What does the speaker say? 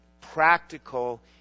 practical